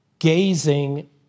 Gazing